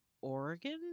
Oregon